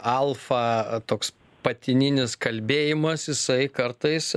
alfa toks patininis kalbėjimas jisai kartais